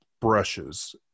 brushes